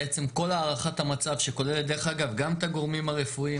בעצם כל הערכת המצב שכוללת דרך אגב גם את הגורמים הרפואיים,